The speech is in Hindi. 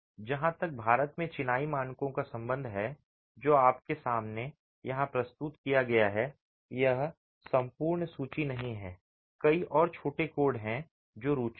जहां तक भारत में चिनाई मानकों का संबंध है जो आपके सामने यहां प्रस्तुत किया गया है वह संपूर्ण सूची नहीं है कई और छोटे कोड हैं जो रुचि के हैं